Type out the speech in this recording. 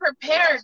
prepared